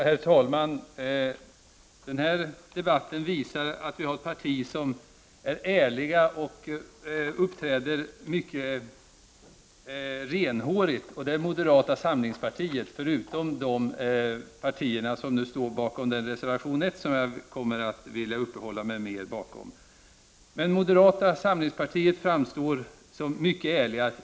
Herr talman! Den här debatten visar att vi har ett parti som är ärligt och uppträder mycket renhårigt, och det är moderata samlingspartiet, i likhet med de partier som står bakom reservation 1, som jag vill uppehålla mig mer vid. Men moderata samlingspartiet framstår som mycket ärligt.